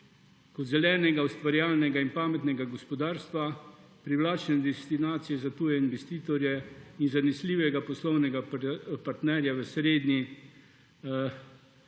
kot zelenega, ustvarjalnega in pametnega gospodarstva, privlačne destinacije za tuje investitorje in zanesljivega poslovnega partnerja v srednji,